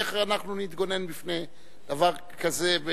איך אנחנו נתגונן בפני דבר כזה?